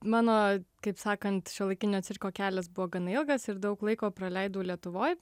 mano kaip sakant šiuolaikinio cirko kelias buvo gana ilgas ir daug laiko praleidau lietuvoj